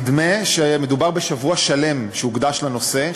נדמה שמדובר בשבוע שלם שהוקדש לנושא,